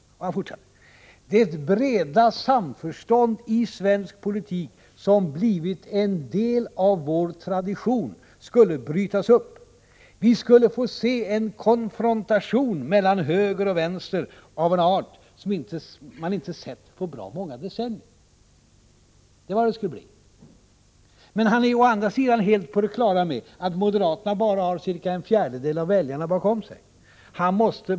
Han fortsatte: ”Det breda samförstånd i svensk politik som blivit en del av vår tradition skulle brytas upp. Vi skulle få se en konfrontation mellan höger och vänster av en art som vi inte sett på bra många decennier.” Det var vad det skulle bli. Mats Svegfors är å andra sidan helt på det klara med att moderaterna bara har cirka en fjärdeldel av väljarna bakom sig.